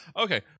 Okay